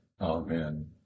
Amen